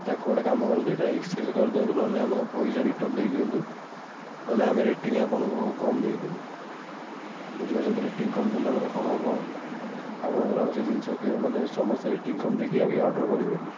ତାକୁ ଗୋଟେ କାମ କରନ୍ତୁ ଏଇଟା ଏକ୍ସଚେଞ୍ଜ କରି ଦିଅନ୍ତୁ ନହେନେ ଆମକୁ ପଇସା ରିଟର୍ଣ୍ଣ ଦେଇ ଦିଅନ୍ତୁ ନହେନେ ଆମେ ରେଟିଙ୍ଗ୍ ଆପଣଙ୍କୁ କମ୍ ଦେଇଦବୁ ବୁଝି ପାରୁଛନ୍ତି ତ ରେଟିଙ୍ଗ୍ କମ୍ ଦେଲା ମାନେ କଣ ହବ ଆପଣଙ୍କର ଆଉ ସେ ଜିନିଷ ଆଉ କେହି ମାନେ ସମସ୍ତେ ରେଟିଙ୍ଗ୍ କମ୍ ଦେଖିକି ଆଉ କିଏ ଅର୍ଡ଼ର୍ କରିବେନି